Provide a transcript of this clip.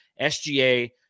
SGA